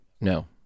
No